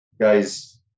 guys